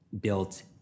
built